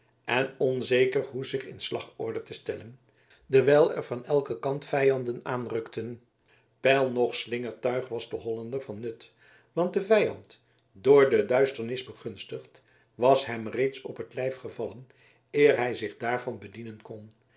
en onzeker hoe zich in slagorde te stellen dewijl er van elken kant vijanden aanrukten pijl noch slingertuig was den hollander van nut want de vijand door de duisternis begunstigd was hem reeds op het lijf gevallen eer hij zich daarvan bedienen kon